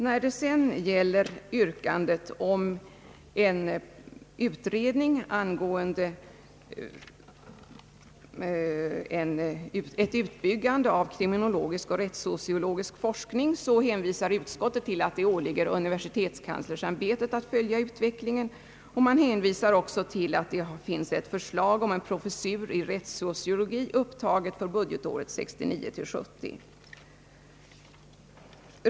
När det gäller yrkandet om en utredning angående ett utbyggande av kriminologisk och rättssociologisk forskning hänvisar utskottet till att det åligger universitetskanslersämbetet att följa utvecklingen. Utskottet hänvisar även till att det finns förslag om en professur i rättssociologi upptagen för budgetåret 1969/70.